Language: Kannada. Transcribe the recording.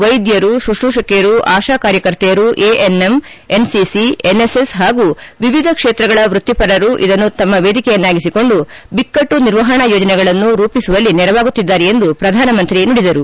ವೈದ್ಯರು ಶುಶೂಶಕಿಯರು ಆಶಾ ಕಾರ್ಯಕರ್ತೆಯರು ಎಎನ್ಎಂ ಎನ್ಸಿಸಿ ಎನ್ಎಸ್ಎಸ್ ಹಾಗೂ ಎವಿಧ ಕ್ಷೆತ್ರಗಳ ವೃತ್ತಿಪರರ ಇದನ್ನು ತಮ್ಮ ವೇದಿಕೆಯನ್ನಾಗಿಸಿಕೊಂಡು ಬಿಕ್ಕಟ್ಟು ನಿರ್ವಹಣಾ ಯೋಜನೆಗಳನ್ನು ರೂಪಿಸುವಲ್ಲಿ ನೆರವಾಗುತ್ತಿದ್ದಾರೆ ಎಂದು ಪ್ರಧಾನಮಂತ್ರಿ ನುಡಿದರು